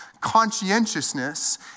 conscientiousness